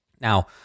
Now